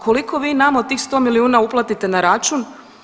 A koliko vi nama od tih 100 milijuna uplatite na račun?